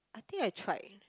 I think I tried